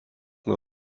nuo